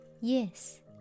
yes